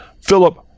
philip